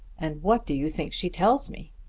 and what do you think she tells me?